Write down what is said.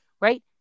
right